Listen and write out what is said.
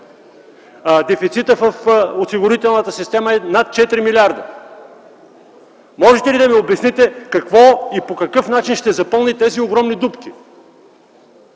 дефицитът в осигурителната система е над 4 млрд. лв. Можете ли да обясните с какво и по какъв начин ще запълните тези огромни дупки?!